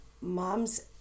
Mom's